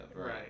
Right